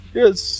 yes